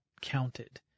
counted